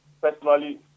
personally